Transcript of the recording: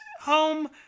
home